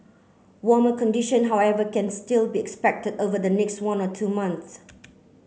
warmer condition however can still be expected over the next one or two months